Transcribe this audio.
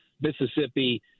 Mississippi